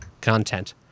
content